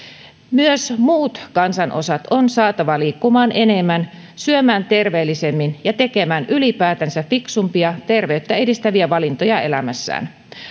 myös muut kansanosat on saatava liikkumaan enemmän syömään terveellisemmin ja tekemään ylipäätänsä fiksumpia terveyttä edistäviä valintoja elämässään